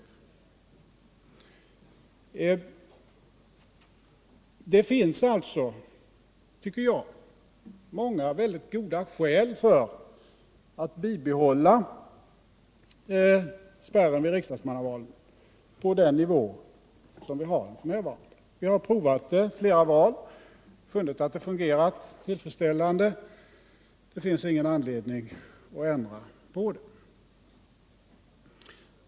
Enligt min mening finns det alltså många goda skäl för att vid riksdagsmannavalen bibehålla spärren på den nuvarande nivån. Vi har provat den vid flera val och funnit att den fungerar tillfredsställande. Det finns ingen anledning att ändra på den.